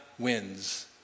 wins